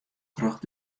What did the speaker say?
troch